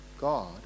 God